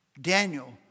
Daniel